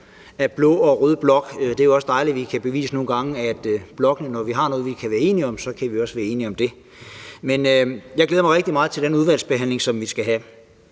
af blå og rød blok; det er jo dejligt, at vi nogle gange kan bevise, at når vi på tværs af blokkene har noget at være enige om, så kan vi også være enige om det. Men jeg glæder mig rigtig meget til den udvalgsbehandling, som vi skal have.